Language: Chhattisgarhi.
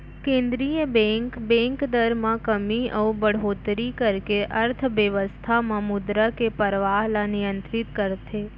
केंद्रीय बेंक, बेंक दर म कमी अउ बड़होत्तरी करके अर्थबेवस्था म मुद्रा के परवाह ल नियंतरित करथे